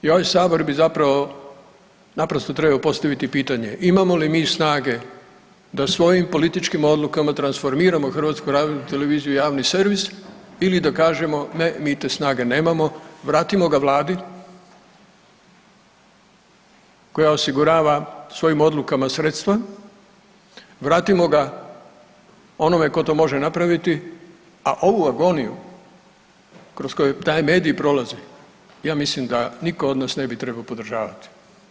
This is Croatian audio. I ovaj Sabor bi zapravo naprosto trebao postaviti pitanje imamo li mi snage da svojim političkim odlukama transformiramo HRT i javni servis ili da kažemo ne, mi te snage nemamo, vratimo ga Vladi koja osigurava svojim odlukama sredstva, vratimo ga onome tko to može napraviti a ovu agoniju kroz koju taj medij prolazi, ja mislim da nitko od nas ne bi trebao podržavati.